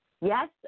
Yes